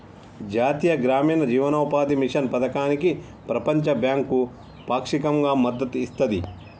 జాతీయ గ్రామీణ జీవనోపాధి మిషన్ పథకానికి ప్రపంచ బ్యాంకు పాక్షికంగా మద్దతు ఇస్తది